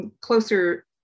closer